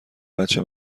بچه